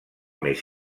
més